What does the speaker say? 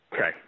Okay